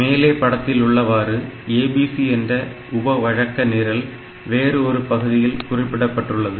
மேலே படத்தில் உள்ளவாறு ABC என்ற உப வழக்க நிரல் வேறு ஒரு பகுதியில் குறிப்பிடப்பட்டுள்ளது